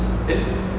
eh